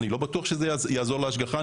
אני לא בטוח שזה יעזור להשגחה,